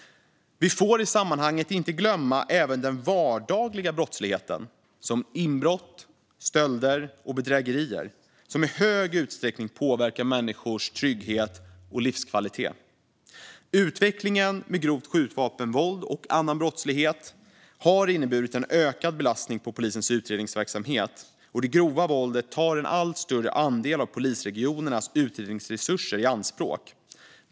Vi får i sammanhanget inte glömma att även den vardagliga brottsligheten, som inbrott, stölder och bedrägerier, i hög utsträckning påverkar människors trygghet och livskvalitet. Utvecklingen med grovt skjutvapenvåld och annan brottslighet har inneburit en ökad belastning på polisens utredningsverksamhet, och det grova våldet tar en allt större andel av polisregionernas utredningsresurser i anspråk.